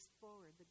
forward